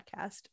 podcast